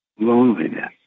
loneliness